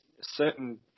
certain